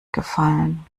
gefallen